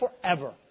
forever